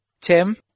Tim